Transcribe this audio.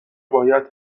باید